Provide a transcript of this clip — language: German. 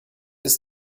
ist